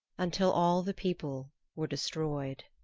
until all the people were destroyed.